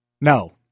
No